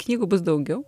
knygų bus daugiau